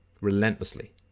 relentlessly